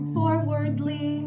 Forwardly